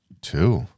Two